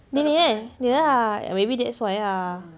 dia ni eh dia ah maybe that's why ah